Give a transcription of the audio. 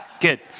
Good